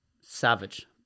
savage